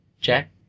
Jack